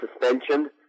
suspension